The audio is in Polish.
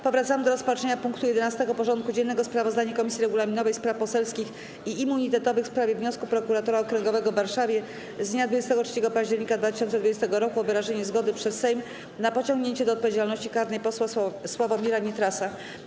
Powracamy do rozpatrzenia punktu 11. porządku dziennego: Sprawozdanie Komisji Regulaminowej, Spraw Poselskich i Immunitetowych w sprawie wniosku Prokuratora Okręgowego w Warszawie z dnia 23 października 2020 r. o wyrażenie zgody przez Sejm na pociągnięcie do odpowiedzialności karnej posła Sławomira Nitrasa.